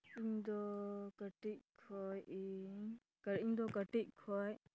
ᱤᱧ ᱫᱚ ᱠᱟᱹᱴᱤᱡ ᱠᱷᱚᱱ ᱤᱧ ᱤᱧ ᱫᱚ ᱠᱟᱹᱴᱤ ᱠᱷᱚᱱ